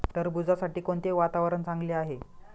टरबूजासाठी कोणते वातावरण चांगले आहे?